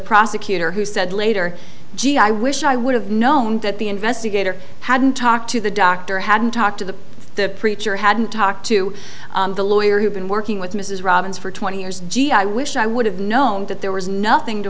prosecutor who said later gee i wish i would have known that the investigator hadn't talked to the doctor hadn't talked to the preacher hadn't talked to the lawyer who been working with mrs robbins for twenty years gee i wish i would have known that there was nothing to